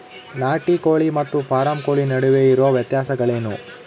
ನಾಟಿ ಕೋಳಿ ಮತ್ತು ಫಾರಂ ಕೋಳಿ ನಡುವೆ ಇರುವ ವ್ಯತ್ಯಾಸಗಳೇನು?